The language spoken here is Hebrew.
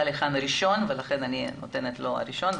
לכאן ראשון ולכן אני נותנת לו לדבר ראשון,